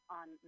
on